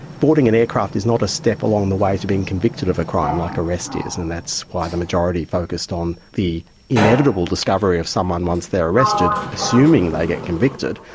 boarding an aircraft is not a step along the way to being convicted of a crime, like arrest is, and that's why the majority focused on the inevitable discovery of someone once they are arrested, assuming they get convicted,